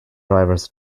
drivers